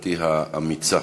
חברתי האמיצה,